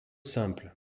simples